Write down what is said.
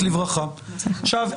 עכשיו,